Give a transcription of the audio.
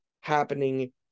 happening